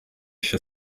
się